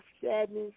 sadness